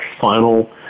final